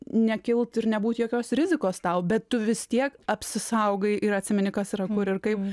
nekilt ir nebūt jokios rizikos tau bet tu vis tiek apsisaugai ir atsimeni kas yra kur ir kaip